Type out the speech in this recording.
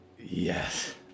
Yes